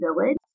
Village